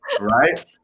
right